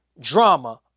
drama